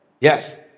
Yes